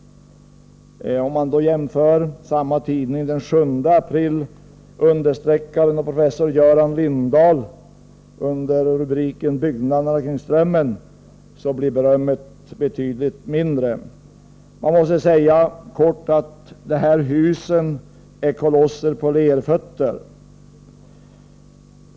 Man kan jämföra den med en understreckare av professor Göran Lindahl i samma tidning den 7 april under rubriken Byggnaderna kring strömmen. Där är berömmet betydligt mindre. Jag måste kort säga, att de här husen är kolosser på lerfötter.